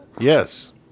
Yes